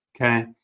Okay